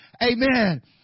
Amen